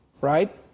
right